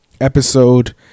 episode